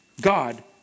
God